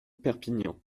perpignan